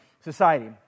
society